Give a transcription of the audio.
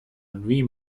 nuit